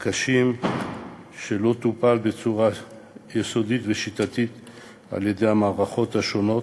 הקשים שלא טופלו בצורה יסודית ושיטתית על-ידי המערכות השונות.